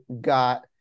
got